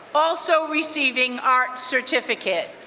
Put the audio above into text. also receiving art certificate.